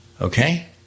Okay